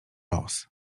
los